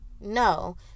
no